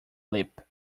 lip